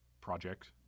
project